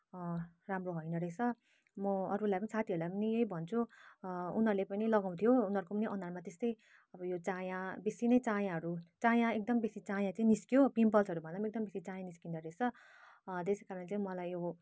राम्रो होइन रैछ म अरूलाई पनि साथीलाई पनि यही भन्छुँ उनीहरूले पनि लगाउँथ्यो उनाहरूको पनि अनुहारमा त्यस्तै अब यो चाया बेसी नै चायाहरू चाया एकदम बेसी चाया चाहिँ निस्क्यो पिम्पलहरू भन्दा नि एकदम त्यो चाया निस्किँदो रहेछ त्यसै कारण चाहिँ मलाई यो